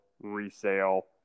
resale